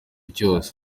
cyose